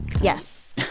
Yes